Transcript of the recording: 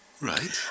Right